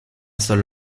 seul